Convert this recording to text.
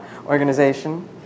organization